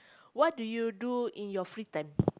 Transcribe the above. what do you do in your free time